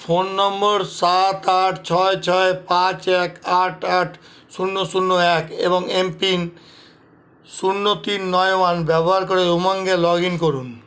phone number সাত আট ছয় ছয় পাঁচ এক আট আট শূন্য শূন্য এক এবং এমপিন শূন্য তিন নয় ওয়ান ব্যবহার করে উমাঙ্গে লগ ইন করুন